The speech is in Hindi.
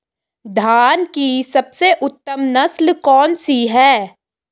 धान की सबसे उत्तम नस्ल कौन सी है?